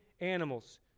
animals